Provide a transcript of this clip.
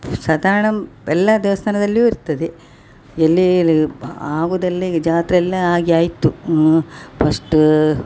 ಸಾಧಾರ್ಣ ಎಲ್ಲ ದೇವ್ಸ್ಥಾನದಲ್ಲಿಯು ಇರ್ತದೆ ಎಲ್ಲಿ ಇಲ್ಲಿಗೆ ಬ ಆಗುದೆಲ್ಲಿಗೆ ಜಾತ್ರೆ ಎಲ್ಲ ಆಗಿ ಆಯಿತು ಫಸ್ಟ